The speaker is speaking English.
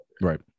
Right